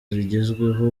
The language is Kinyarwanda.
zigezweho